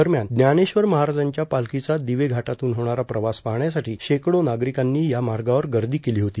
दरम्यान ज्ञानेश्वर महाराजांच्या पालखीचा दिवे घाटातून होणारा प्रवास पाहण्यासाठी शेकडो नागरिकांनी या मार्गावर गर्दी केली होती